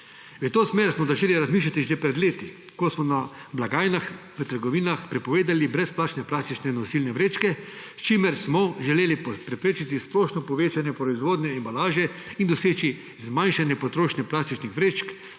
V to smer smo začeli razmišljati že pred leti, ko smo na blagajnah v trgovinah prepovedali brezplačne plastične nosilne vrečke, s čimer smo želeli preprečiti splošno povečanje proizvodnje embalaže in doseči zmanjšanje potrošnje plastičnih vrečk,